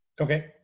Okay